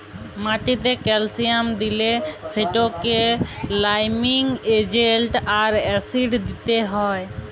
মাটিতে ক্যালসিয়াম দিলে সেটতে লাইমিং এজেল্ট আর অ্যাসিড দিতে হ্যয়